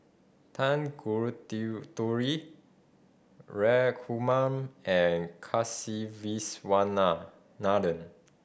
Raghuram and